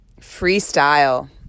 Freestyle